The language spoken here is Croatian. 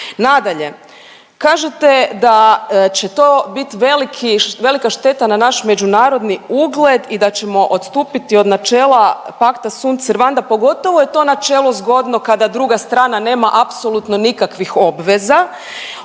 Nadalje, kažete da će to bit velika šteta na naš međunarodni ugled i da ćemo odstupiti od načela pacta sunt servanda, pogotovo je to načelo zgodno kada druga strana nema apsolutno nikakvih obveza.